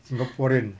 singaporean